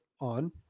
on